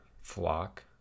flock